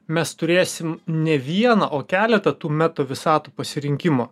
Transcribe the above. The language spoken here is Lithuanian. mes turėsim ne vieną o keletą tų meta visatų pasirinkimo